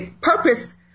purpose